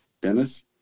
Dennis